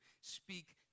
speak